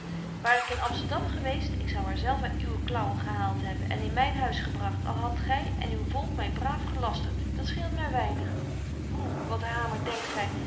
waar ik in amsterdam geweest ik zou haar zelf uit uwe klaauwen gehaalt hebben en in myn huis gebragt al hadt gy en uw volk my braaf gelastert dat scheelt my weinig hoe wat hamer denkt gy